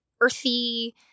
earthy